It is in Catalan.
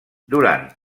durant